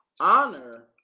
honor